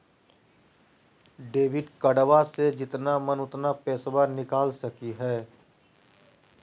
Debit कार्डबा से जितना मन उतना पेसबा निकाल सकी हय?